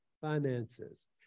finances